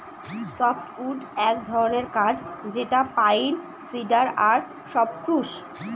softwood এক ধরনের কাঠ যেটা পাইন, সিডার আর সপ্রুস